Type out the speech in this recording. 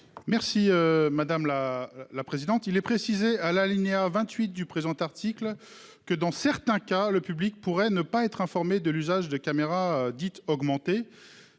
Merci madame la la présidente. Il est précisé à l'alinéa 28 du présent article que dans certains cas, le public pourrait ne pas être informé de l'usage de caméras dites augmenter.